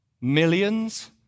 Millions